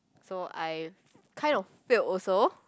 so I kind of failed also